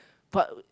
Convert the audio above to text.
but I would